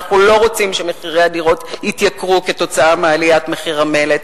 ואנחנו לא רוצים שמחירי הדירות יתייקרו כתוצאה מעליית מחיר המלט.